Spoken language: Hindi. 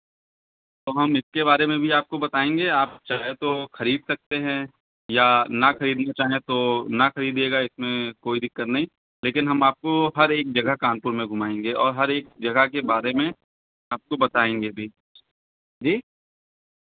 तो हम इसके बारे में भी आपको बताएँगे आप चाहे तो खरीद सकते हैं या ना खरीदना चाहें तो ना खरीदिएगा इसमें कोई दिक्कत नहीं लेकिन हम आपको हर एक जगह कानपुर में घुमाएँगे और हर एक जगह के बारे में आपको बताएँगे भी जी